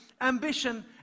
ambition